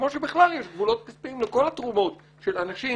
כמו שבכלל יש גבולות כספיים לכל התרומות של אנשים